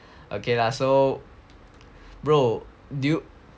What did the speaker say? okay lah so bro do you